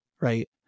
right